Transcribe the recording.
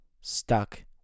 stuck